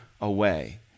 away